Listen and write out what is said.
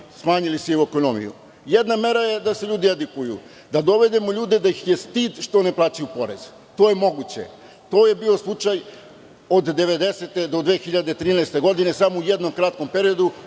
smanjili sivu ekonomiju. Jedna mera je da se ljudi edukuju, da dovedemo ljude da ih je stid što ne plaćaju porez. To je moguće. To je bio slučaj od 1990. do 2013. godine samo u jednom kratkom periodu